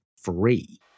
free